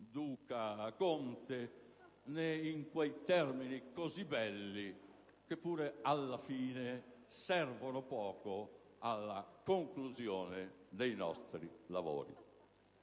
duca né in quelli così belli che pure alla fine servono poco alla conclusione dei nostri lavori.